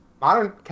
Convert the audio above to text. modern